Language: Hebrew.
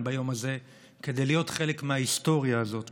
ביום הזה כדי להיות חלק מההיסטוריה הזאת,